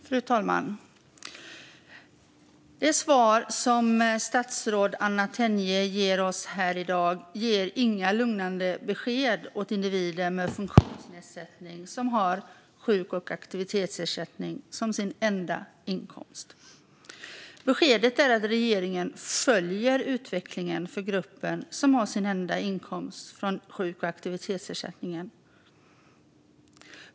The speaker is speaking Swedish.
Fru talman! Det svar som statsrådet Anna Tenje ger oss här i dag ger inga lugnande besked till individer med funktionsnedsättning som har sjuk och aktivitetsersättning som sin enda inkomst. Beskedet är att regeringen följer utvecklingen för gruppen som har sin enda inkomst från sjuk och aktivitetsersättningen.